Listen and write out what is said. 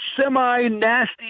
semi-nasty